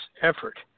effort